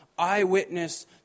eyewitness